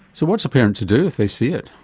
so what's a parent to do if they see it?